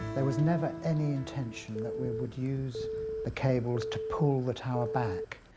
there was never any intention that we would use the cables to pull the tower back.